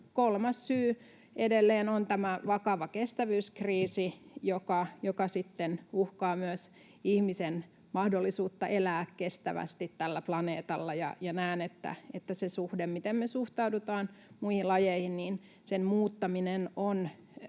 kolmas syy edelleen on tämä vakava kestävyyskriisi, joka sitten uhkaa myös ihmisen mahdollisuutta elää kestävästi tällä planeetalla, ja näen, että sen suhteen, miten me suhtaudutaan muihin lajeihin, muuttaminen on